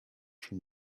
from